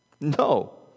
No